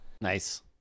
Nice